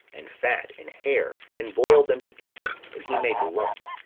and fat, and hair, and boiled them together and he made lumps,